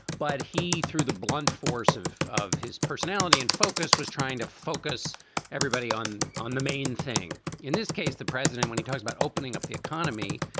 but he threw the blunt force of of his personality and focus was trying to focus everybody on on the. main thing in this case, the president, when he talks about opening up the economy.